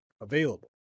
available